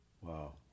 Wow